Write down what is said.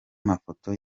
mafoto